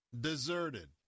deserted